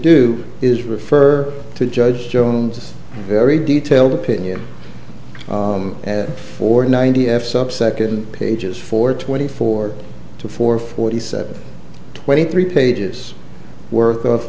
do is refer to judge jones very detailed opinion for ninety f subsecond pages for twenty four to four forty seven twenty three pages worth of